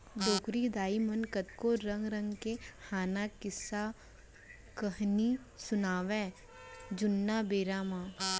डोकरी दाइ मन कतको रंग रंग के हाना, किस्सा, कहिनी सुनावयँ जुन्ना बेरा म